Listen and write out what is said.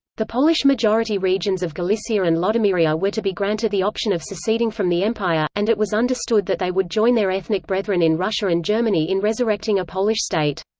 the polish majority regions of galicia and lodomeria were to be granted the option of seceding from the empire, and it was understood that they would join their ethnic brethren in russia and germany in resurrecting a polish state.